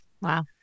Wow